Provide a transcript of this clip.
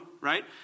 right